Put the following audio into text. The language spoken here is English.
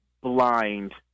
blind